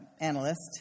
analyst